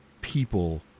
people